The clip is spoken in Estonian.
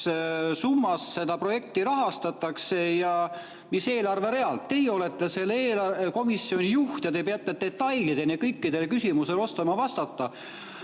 summas seda projekti rahastatakse ja milliselt eelarve realt. Teie olete selle komisjoni juht ja peate detailideni kõikidele küsimustele oskama vastata.